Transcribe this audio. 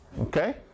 Okay